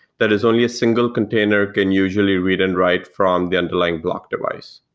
that is only a single container can usually read and write from the underlying block device.